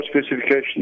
specification